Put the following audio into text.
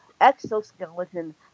exoskeleton